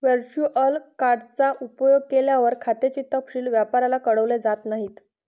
virtual card चा उपयोग केल्यावर, खात्याचे तपशील व्यापाऱ्याला कळवले जात नाहीत